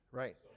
right